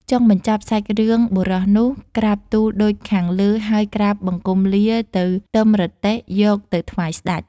ចុងបញ្ចប់សាច់រឿងបុរសនោះក្រាបទូលដូចខាងលើហើយក្រាបបង្គំលាទៅទឹមរទេះយកទៅថ្វាយស្ដេច។